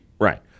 Right